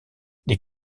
les